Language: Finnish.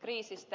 kriisistä